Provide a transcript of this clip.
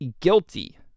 guilty